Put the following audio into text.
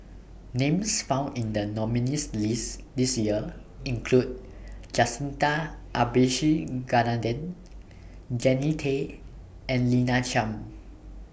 Names found in The nominees' list This Year include Jacintha Abisheganaden Jannie Tay and Lina Chiam